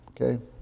Okay